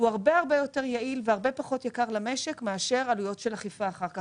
הוא הרבה יותר יעיל והרבה פחות יקר למשק מאשר עלויות של אכיפה אחר כך.